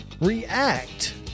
react